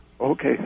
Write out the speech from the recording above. Okay